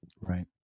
Right